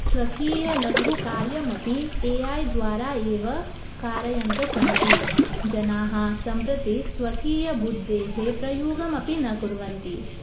स्वकीयलघुकार्यमपि A I द्वारा एव कारयन्तः सन्ति जनाः सम्प्रति स्वकीयबुद्धेः प्रयोगमपि न कुर्वन्ति